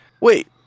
Wait